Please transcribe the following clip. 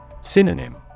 Synonym